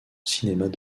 cinémas